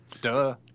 Duh